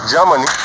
Germany